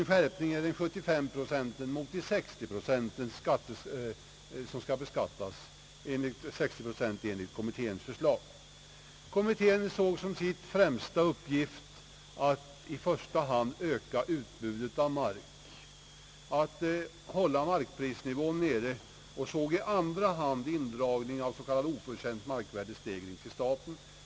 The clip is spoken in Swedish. En skärpning är de 75 procenten, som skall beskattas, mot de 60 som föreslagits av kommittén. Kommittén såg som sin främsta uppgift att i första hand öka utbudet av mark, att hålla markprisnivån nere, och såg i andra hand indragning av s.k. oförtjänt markvärdestegring till staten.